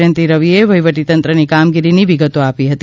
જયંતિ રવિએ વહીવટી તંત્રની કામગીરીની વિગતો આપી હતી